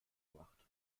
gemacht